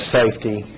safety